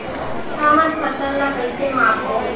हमन फसल ला कइसे माप बो?